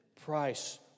price